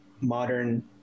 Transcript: modern